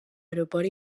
aeroport